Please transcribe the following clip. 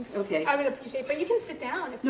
so okay. i would appreciate it, but you can sit down. no,